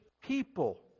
people